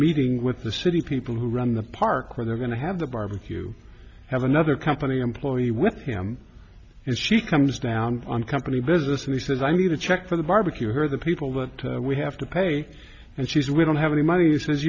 meeting with the city people who run the park where they're going to have the barbecue have another company employee with him and she comes down on company business and he says i made a check for the barbecue here the people that we have to pay and she's we don't have any money